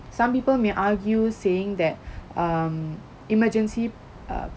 some people may argue saying that um emergency uh